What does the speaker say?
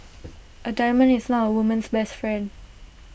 A diamond is not A woman's best friend